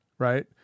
Right